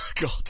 god